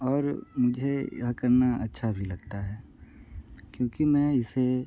और मुझे यह करना अच्छा भी लगता है क्योंकि मैं इसे